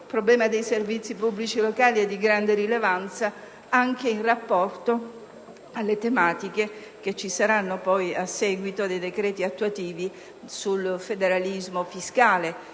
Il problema dei servizi pubblici locali è di grande rilevanza, anche in rapporto alle tematiche che dovranno essere affrontate a seguito dei decreti attuativi sul federalismo fiscale.